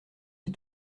dis